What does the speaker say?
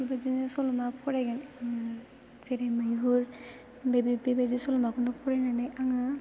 बेबादिनो सल'मा फरायगोन जेरै मैहुर बेबायदि सल'माखौनो फरायनानै आङो